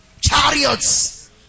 Chariots